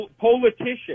politician